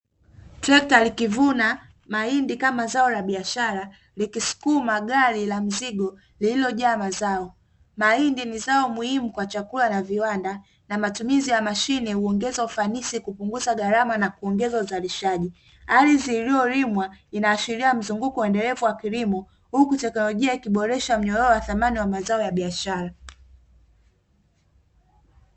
Trekta likivuna mahindi kama zao la biashara likisukuma gari la mzigo lililojaa mazao, mahindi ni zao muhimu kwa chakula na viwanda na matumizi ya mashine huongeza ufanisi, kupunguza gharama na kuongeza uzalishaji, ardhi iliyolimwa inaashiria mzunguko uendelevu wa kilimo huku teknolojia ikiboresha mnyororo wa thamani wa mazao ya biashara.